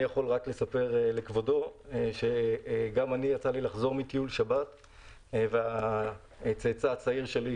אני יכול לספר לכבודו שיצא לי לחזור מטיול שבת והצאצא הצעיר שלי,